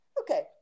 okay